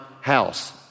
house